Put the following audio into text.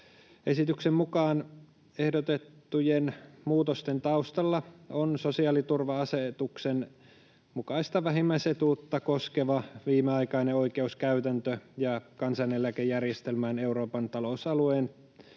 Esityksen mukaan ehdotettujen muutosten taustalla on sosiaaliturva-asetuksen mukaista vähimmäisetuutta koskeva viimeaikainen oikeuskäytäntö ja kansaneläkejärjestelmään Euroopan talousalueesta